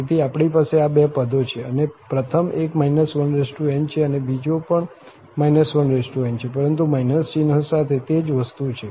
તેથી આપણી પાસે આ બે પદો છે અને પ્રથમ એક n છે અને બીજો પણ n છે પરંતુ ચિહ્ન સાથે તે જ વસ્તુ છે